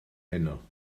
heno